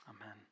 Amen